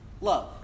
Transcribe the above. Love